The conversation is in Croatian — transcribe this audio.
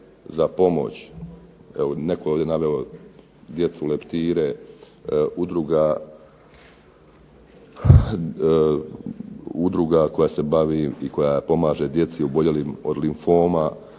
za pomoć. Evo, netko je ovdje naveo djecu leptire, udruga koja se bavi i koja pomaže djeci oboljelim od limfoma